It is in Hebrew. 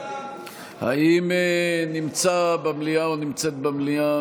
בעד האם נמצא במליאה או נמצאת במליאה